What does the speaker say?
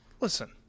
listen